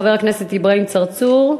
של חבר הכנסת אברהים צרצור,